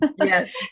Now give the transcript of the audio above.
Yes